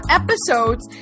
episodes